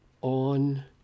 on